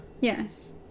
Yes